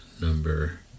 number